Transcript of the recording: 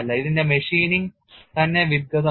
ഇതിന്റെ മെഷീനിംഗ് തന്നെ വിദഗ്ദ്ധമാണ്